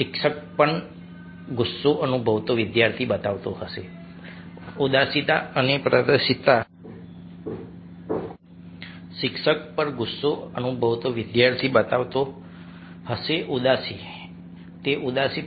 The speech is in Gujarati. શિક્ષક પર ગુસ્સો અનુભવતો વિદ્યાર્થી બતાવતો હશે ઉદાસી તે ઉદાસી પ્રદર્શિત કરવાનો પ્રયાસ કરી રહ્યો છે